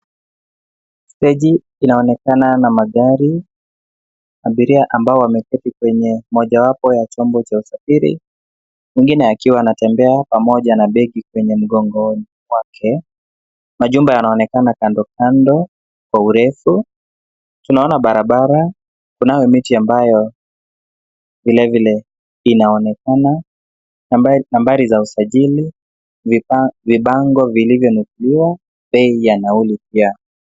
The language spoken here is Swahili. Peji inaonekana na magari. Abiria ambao wameketi kwenye mojawapo ya chombo cha usafiri, mwingine akiwa anatembea pamoja na begi kwenye mgongo wake. Majumba yanaonekana kando kando kwa urefu. Tunaona barabara, kunayo miti ambayo vilevile inaonekana. Nambari za usajili ni bango vilivyo nukuliwa bei ya nauli pia.